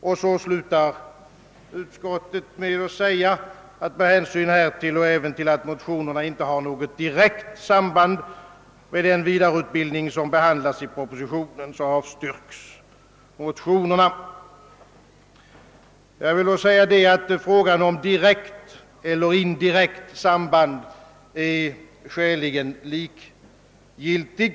Med hänsyn härtill och även med hänsyn till att motionerna inte har något direkt samband med den vidareutbildning som behandlas i propositionen, heter det vidare, avstyrker utskottet motionerna. Jag vill då säga, att frågan om direkt eller indirekt samband är skäligen likgiltig.